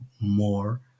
more